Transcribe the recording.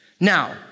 Now